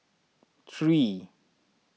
three